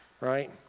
right